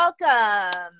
Welcome